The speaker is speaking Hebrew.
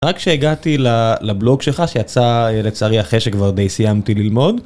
רק שהגעתי לבלוג שלך שיצא לצערי אחרי שכבר די סיימתי ללמוד.